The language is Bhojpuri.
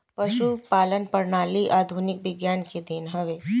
पशुपालन प्रणाली आधुनिक विज्ञान के देन हवे